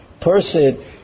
person